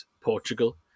Portugal